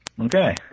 okay